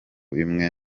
bimwe